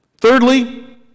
Thirdly